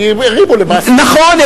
כי הם הרימו למעשה, נכון.